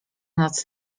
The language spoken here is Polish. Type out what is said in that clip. noc